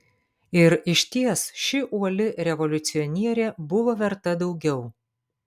ir išties ši uoli revoliucionierė buvo verta daugiau